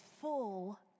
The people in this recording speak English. full